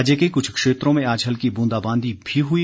राज्य के कुछ क्षेत्रों में आज हल्की बूंदाबांदी भी हुई